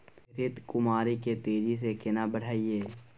घृत कुमारी के तेजी से केना बढईये?